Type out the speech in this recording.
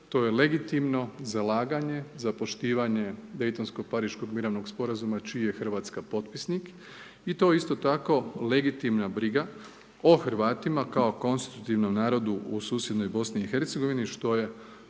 to je legitimno zalaganje za poštivanje Dejtonsko-pariškog mirovnog sporazuma čiji je Hrvatska potpisnik i to je isto tako legitimna briga o Hrvatima kao konstruktivnom narodu u susjednoj BiH što je